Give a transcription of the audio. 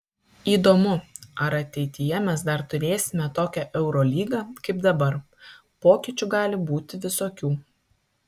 įdomu ar ateityje mes dar turėsime tokią eurolygą kaip dabar pokyčių gali būti visokių